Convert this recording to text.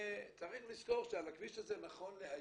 צריך לזכור שעל הכביש הזה, נכון להיום,